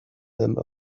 them